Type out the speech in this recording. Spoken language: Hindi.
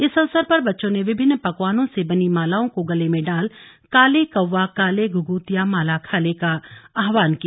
इस अवसर पर बच्चों ने विभिन्न पकवानों से बनी मालाओं को गले में डाल काले कब्बा काले घुघुतिया माला खाले का आहवान किया